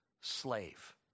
slave